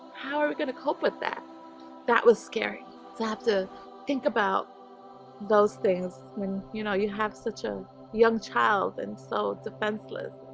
how are we gonna cope with that that was scary to have to think about those things and you know. you have such a young child and so defenseless